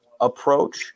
approach